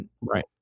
Right